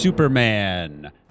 Superman